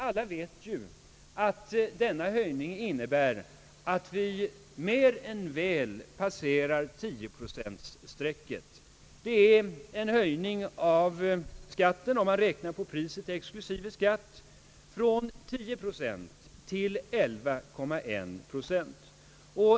Alla vet ju dock att den föreslagna höjningen innebär att vi mer än väl passerar 10-procentstrecket. Det är en ökning av skatten, om man räknar på priset exklusive skatt, från 10 procent till 11,1 procent.